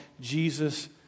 Jesus